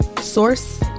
Source